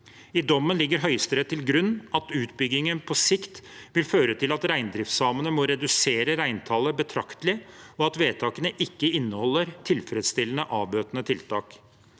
I dommen legger Høyesterett til grunn at utbyggingen på sikt vil føre til at reindriftssamene må redusere reintallet betraktelig, og at vedtakene ikke inneholder tilfredsstillende avbøtende tiltak.